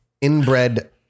inbred